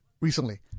recently